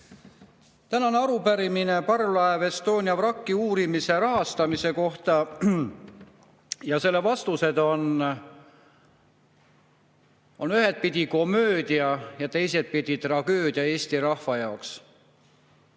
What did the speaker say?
Tänane arupärimine parvlaev Estonia vraki uurimise rahastamise kohta ja selle vastused on ühtepidi komöödia ja teistpidi tragöödia Eesti rahva jaoks.